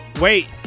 Wait